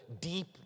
deep